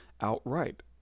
outright